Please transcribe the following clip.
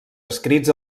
escrits